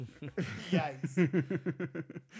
Yikes